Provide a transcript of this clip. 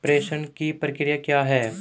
प्रेषण की प्रक्रिया क्या है?